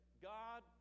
God